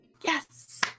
Yes